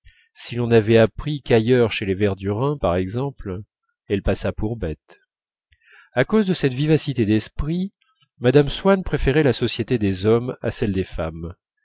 si l'on avait appris qu'ailleurs chez les verdurin par exemple elle passât pour bête à cause de cette vivacité d'esprit mme swann préférait la société des hommes à celle des femmes